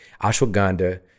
ashwagandha